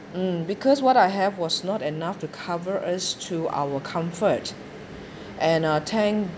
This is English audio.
mm because what I have was not enough to cover us to our comfort and uh thank